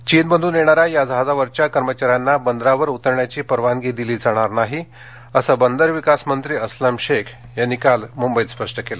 चीनमधून येणाऱ्या जहाजावरच्या कर्मचाऱ्यांना बंदरावर उतरण्याची परवानगी दिली जाणार नाही असं बंदर विकास मंत्री अस्लम शेख यांनी काल मुंबईत स्पष्ट केलं